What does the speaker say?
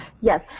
Yes